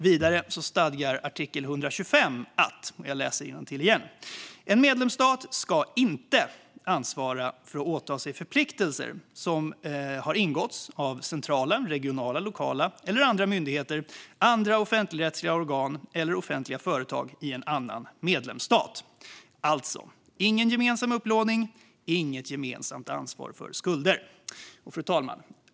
Vidare stadgar artikel 125 att en medlemsstat inte ska "ansvara för eller åta sig förpliktelser som har ingåtts av centrala, regionala, lokala eller andra myndigheter, andra offentligrättsliga organ eller offentliga företag i en medlemsstat". Alltså: Ingen gemensam upplåning, inget gemensamt ansvar för skulder. Fru talman!